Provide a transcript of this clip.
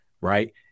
right